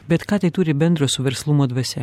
bet ką tai turi bendro su verslumo dvasia